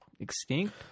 Extinct